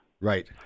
Right